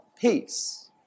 peace